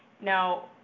now